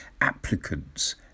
applicants